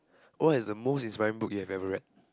what is the most inspiring book you've ever read